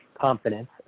confidence